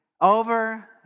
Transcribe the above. over